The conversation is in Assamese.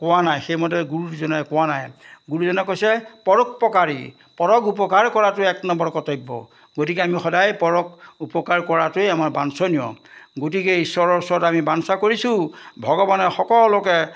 কোৱা নাই সেইমতে গুৰুজনাই কোৱা নাই গুৰুজনাই কৈছে পৰোপকাৰী পৰক উপকাৰ কৰাটো এক নম্বৰ কৰ্তব্য গতিকে আমি সদায় পৰক উপকাৰ কৰাটোৱেই আমাৰ বাঞ্ছনীয় গতিকে ঈশ্বৰৰ ওচৰত আমি বাঞ্ছা কৰিছোঁ ভগৱানে সকলোকে